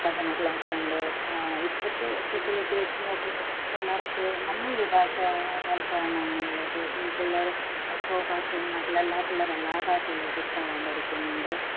പഠന ക്ലാസ് ഉണ്ട് ഇപ്പോഴത്തെ ഫെസിലിറ്റി വെച്ച് നോക്കുമ്പോൾ പിള്ളേർക്ക് നല്ലൊരു ഭാഷവൽക്കരണന്നാ ഉള്ളത് പിള്ളേർ ഇപ്പോൾ കാസർഗോഡ് നാട്ടിൽ എല്ലാ പിള്ളേരും എല്ലാ ഭാഷയിലും അഡ്ജസ്റ്റ് ആവാൻ പഠിക്കുന്നുണ്ട്